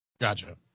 Gotcha